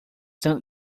tanto